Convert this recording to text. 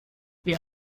wir